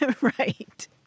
Right